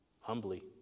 humbly